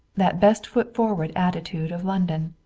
that best-foot-forward attitude of london.